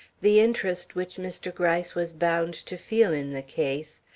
the interest which mr. gryce was bound to feel in the case,